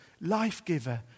life-giver